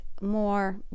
more